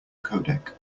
codec